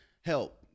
Help